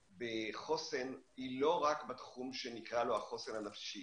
בחוסן היא לא רק בתחום שנקרא לו החוסן הנפשי.